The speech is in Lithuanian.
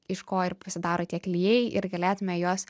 iš ko ir pasidaro tie klijai ir galėtume juos